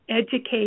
educate